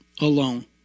alone